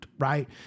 Right